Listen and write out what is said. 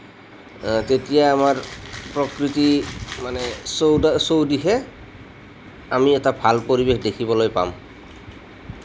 তেতিয়া আমাৰ প্ৰকৃতি মানে চৌদিশে আমি এটা ভাল পৰিৱেশ দেখিবলৈ পাম